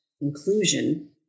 inclusion